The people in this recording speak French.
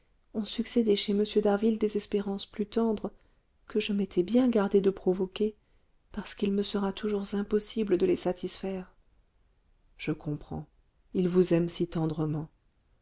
ont succédé chez m d'harville des espérances plus tendres que je m'étais bien gardée de provoquer parce qu'il me sera toujours impossible de les satisfaire je comprends il vous aime si tendrement